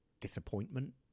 disappointment